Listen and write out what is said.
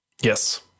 Yes